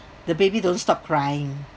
the baby don't stop crying